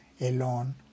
alone